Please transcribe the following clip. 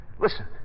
Listen